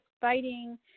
fighting